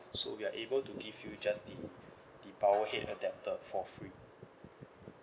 so we are able to give you just the the power head adapter for free